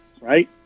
right